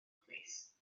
plîs